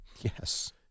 Yes